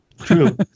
True